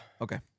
Okay